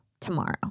tomorrow